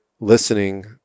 listening